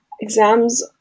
Exams